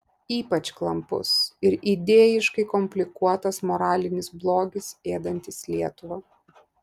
ypač klampus ir idėjiškai komplikuotas moralinis blogis ėdantis lietuvą